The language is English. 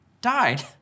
died